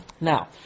Now